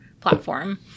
platform